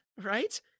right